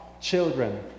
children